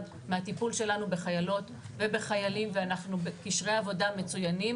מהטיפול שלנו בחיילות ובחיילים ואנחנו בקשרי עבודה מצוינים.